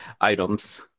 items